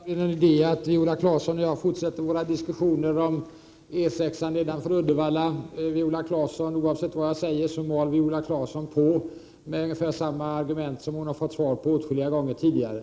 Fru talman! Jag vet inte om det är någon idé att Viola Claesson och jag fortsätter våra diskussioner om E 6 nedanför Uddevalla. Oavsett vad jag säger mal Viola Claesson på med ungefär samma argument som hon har fått svar på åtskilliga gånger tidigare.